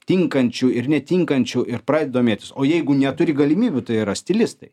tinkančių ir netinkančių ir domėtis o jeigu neturi galimybių tai yra stilistai